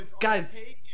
guys